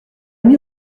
mis